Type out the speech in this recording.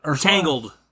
Tangled